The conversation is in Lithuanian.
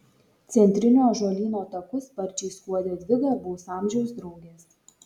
centriniu ąžuolyno taku sparčiai skuodė dvi garbaus amžiaus draugės